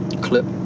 Clip